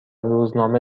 روزنامه